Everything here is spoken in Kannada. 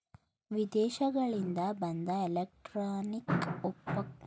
ವಿದೇಶಗಳಿಂದ ಬಂದ ಎಲೆಕ್ಟ್ರಾನಿಕ್ ಉಪಕರಣಗಳನ್ನು ಮಂಗಳೂರು ಬಂದರಿಗೆ ಹಡಗಿನಲ್ಲಿ ತಂದರು